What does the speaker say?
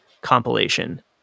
compilation